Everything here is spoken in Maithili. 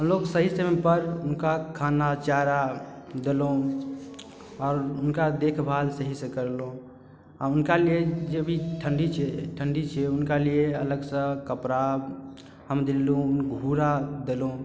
हमलोग सही समय पर हुनका खाना चारा देलहुॅं आओर हुनका देखभाल सही सऽ करलहुॅं आ हुनका लिए जे भी ठंडी छै ठंडी छियै हुनका लिए अलग सऽ कपड़ा हम देलहुॅं घूरा देलहुॅं